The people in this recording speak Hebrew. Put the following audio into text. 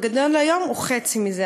הגדול היום הוא חצי מזה.